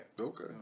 Okay